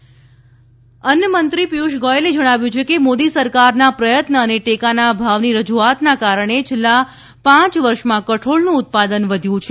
પિયુષ ગોયલ અન્ન મંત્રી પિયુષ ગોયલે જણાવ્યું છે કે મોદી સરકારના પ્રયત્ન અને ટેકાના ભાવની રજૂઆતના કરાણે છેલ્લા પાંચ વર્ષમાં કઠોળનું ઉત્પાદન વધ્યું છે